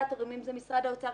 הרגולטורים אם זה משרד האוצר,